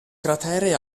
cratere